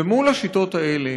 ומול השיטות האלה,